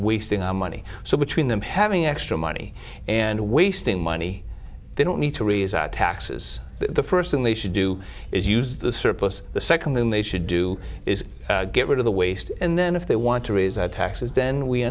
wasting our money so between them having extra money and wasting money they don't need to raise taxes the first thing they should do is use the surplus the second then they should do is get rid of the waste and then if they want to raise taxes then we